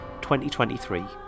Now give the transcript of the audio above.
2023